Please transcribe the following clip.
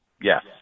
yes